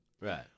Right